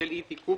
בשל אי-תיקוף